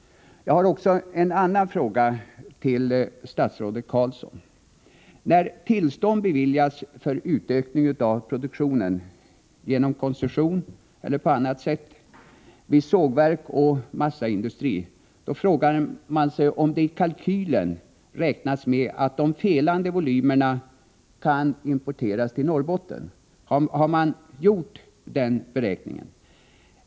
Jag har också en annan fråga till statsrådet Carlsson. Man frågar sig, när tillstånd beviljas för utökning av produktionen — genom koncession eller på annat sätt — vid sågverk och massaindustri, om det i kalkylen räknas med att de felande volymerna kan importeras till Norrbotten. Har man gjort den beräkningen?